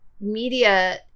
media